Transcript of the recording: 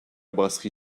brasserie